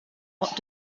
what